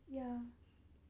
ya